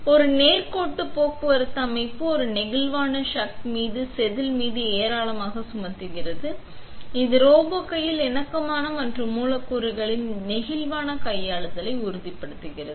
ஒரு நேர்கோட்டு போக்குவரத்து அமைப்பு ஒரு நெகிழ்வான சக் மீது செதில் மீது ஏராளமாக சுமத்துகிறது இது ரோபோ கையில் இணக்கமான மற்றும் மூலக்கூறுகளின் நெகிழ்வான கையாளுதலை உறுதிப்படுத்துகிறது